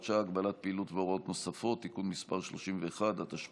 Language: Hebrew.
שעה) (הגבלת פעילות והוראות נוספות) (תיקון מס' 31),